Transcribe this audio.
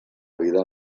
vida